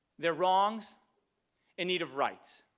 they're wrongs and need of rights.